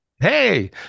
Hey